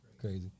Crazy